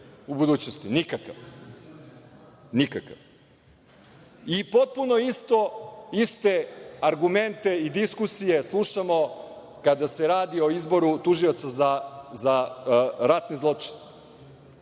u budućnosti? Nikakav. Potpuno iste argumente i diskusije slušamo kada se radi o izboru Tužioca za ratne zločine.